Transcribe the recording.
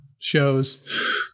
shows